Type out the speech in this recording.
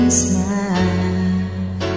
smile